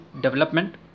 development